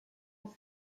are